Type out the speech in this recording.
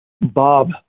Bob